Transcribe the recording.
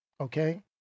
Okay